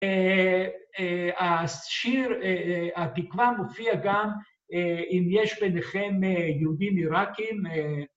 ‫השיר, התקווה מופיע גם ‫אם יש ביניכם יהודים עיראקים.